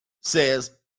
says